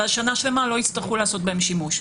ואז שנה שלמה לא הצטרכו לעשות בהם שימוש.